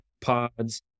pods